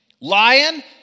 Lion